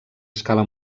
escala